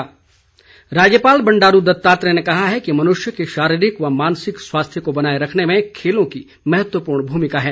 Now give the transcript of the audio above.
बंडारू दत्तात्रेय राज्यपाल बंडारू दत्तात्रेय ने कहा है कि मनुष्य के शारीरिक व मानसिक स्वास्थ्य को बनाए रखने में खेलों की महत्वपूर्ण भूमिका है